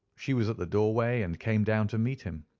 she was at the doorway, and came down to meet him.